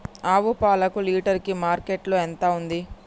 ఆవు పాలకు లీటర్ కి మార్కెట్ లో ఎంత ఉంది?